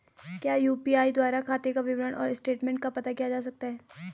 क्या यु.पी.आई द्वारा खाते का विवरण और स्टेटमेंट का पता किया जा सकता है?